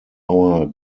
our